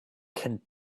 can